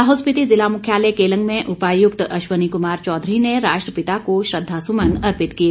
लाहौल स्पीति जिला मुख्यालय केलंग में उपायुक्त अश्वनी कुमार चौधरी ने राष्ट्रपिता को श्रद्धा सुमन अर्पित किए